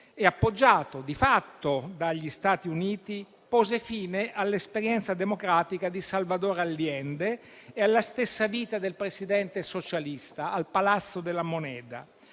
appoggiato di fatto dagli Stati Uniti pose fine all'esperienza democratica di Salvador Allende e alla stessa vita del presidente socialista al Palacio de la Moneda.